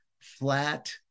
flat